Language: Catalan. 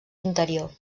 interior